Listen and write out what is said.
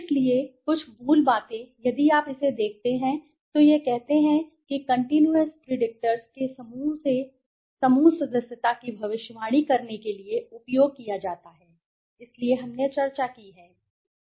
इसलिए कुछ मूल बातें यदि आप इसे देखते हैं तो यह कहते हैं कि कंटीन्यूअस प्रीडिक्टर्स के समूह से समूह सदस्यता की भविष्यवाणी करने के लिए उपयोग किया जाता है इसलिए हमने चर्चा की है